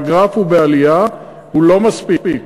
הגרף הוא בעלייה, הוא לא מספיק.